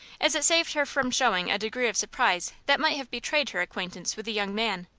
as it saved her from showing a degree of surprise that might have betrayed her acquaintance with the young man.